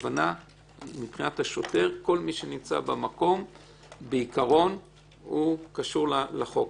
כלומר מבחינת השוטר כל מי שנמצא במקום בעיקרון קשור לחוק.